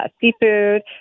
seafood